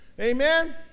Amen